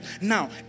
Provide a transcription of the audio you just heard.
Now